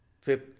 fifth